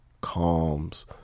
calms